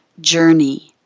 journey